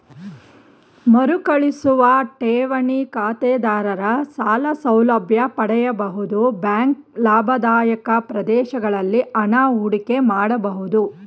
ಮರುಕಳಿಸುವ ಠೇವಣಿ ಖಾತೆದಾರರ ಸಾಲ ಸೌಲಭ್ಯ ಪಡೆಯಬಹುದು ಬ್ಯಾಂಕ್ ಲಾಭದಾಯಕ ಪ್ರದೇಶಗಳಲ್ಲಿ ಹಣ ಹೂಡಿಕೆ ಮಾಡಬಹುದು